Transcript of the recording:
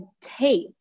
tape